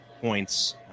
points